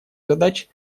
задач